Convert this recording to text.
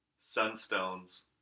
sunstones